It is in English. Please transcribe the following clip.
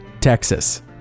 Texas